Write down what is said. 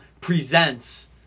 presents